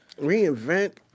reinvent